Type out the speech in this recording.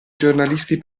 giornalisti